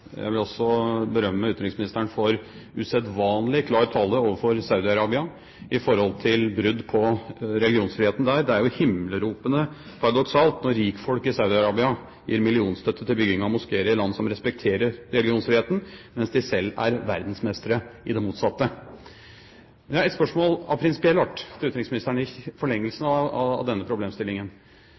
Jeg vil også berømme utenriksministeren for usedvanlig klar tale overfor Saudi-Arabia i forhold til brudd på religionsfriheten der. Det er jo himmelropende paradoksalt når rikfolk i Saudi-Arabia gir millionstøtte til bygging av moskeer i land som respekterer religionsfriheten, mens de selv er verdensmestere i det motsatte. Jeg har et spørsmål av prinsipiell art til utenriksministeren, i forlengelsen av denne problemstillingen. Synes utenriksministeren at vår egen praktisering av